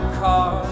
car